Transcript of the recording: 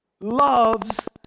loves